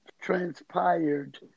transpired